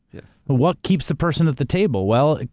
yes. what keeps the person at the table? well,